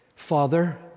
Father